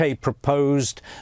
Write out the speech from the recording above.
proposed